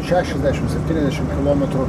šešiasdešimt septyniasdešimt kilometrų